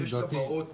תראה, יש תב"עות